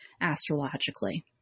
astrologically